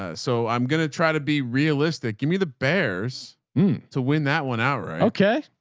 ah so i'm going to try to be realistic. give me the bears to win that one out. right? okay.